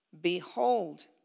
Behold